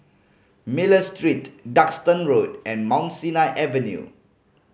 Miller Street Duxton Road and Mount Sinai Avenue